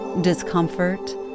discomfort